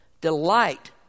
delight